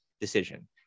decision